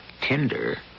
tender